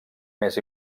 més